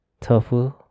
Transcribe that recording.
tofu